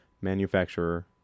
manufacturer